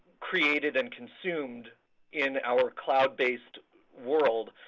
created and consumed in our cloud-based world.